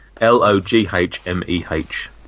L-O-G-H-M-E-H